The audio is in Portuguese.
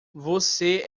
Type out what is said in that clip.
você